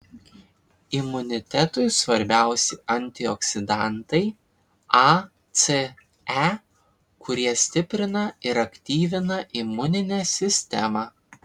imunitetui svarbiausi antioksidantai a c e kurie stiprina ir aktyvina imuninę sistemą